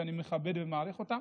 ואני מכבד ומעריך אותם.